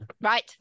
Right